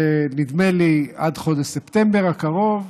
נדמה לי עד חודש ספטמבר הקרוב,